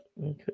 Okay